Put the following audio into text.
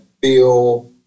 feel